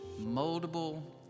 moldable